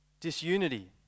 disunity